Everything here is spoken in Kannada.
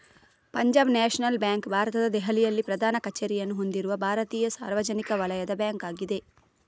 ಪಂಜಾಬ್ ನ್ಯಾಷನಲ್ ಬ್ಯಾಂಕ್ ಭಾರತದ ದೆಹಲಿಯಲ್ಲಿ ಪ್ರಧಾನ ಕಚೇರಿಯನ್ನು ಹೊಂದಿರುವ ಭಾರತೀಯ ಸಾರ್ವಜನಿಕ ವಲಯದ ಬ್ಯಾಂಕ್ ಆಗಿದೆ